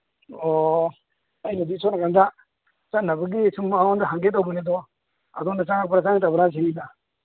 ꯑꯣ ꯑꯩꯅꯗꯤ ꯁꯣꯝ ꯅꯥꯀꯟꯗ ꯆꯠꯅꯕꯒꯤ ꯁꯨꯝ ꯃꯉꯣꯟꯗ ꯍꯪꯒꯦ ꯇꯧꯕꯅꯤ ꯑꯗꯨ ꯑꯗꯣꯝꯗ ꯆꯪꯉꯛꯄ꯭ꯔ ꯆꯪꯉꯛꯇꯕ꯭ꯔꯥ ꯁꯤꯅꯤꯗ